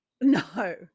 No